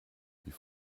die